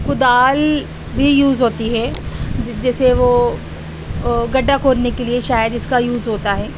کدال بھی یوز ہوتی ہے جیسے وہ گڈھا کھودنے کے لیے شاید اس کا یوز ہوتا ہے